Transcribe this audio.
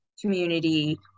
community